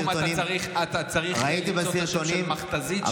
אתה צריך למצוא את השם של מכתז"ית,